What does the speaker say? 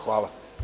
Hvala.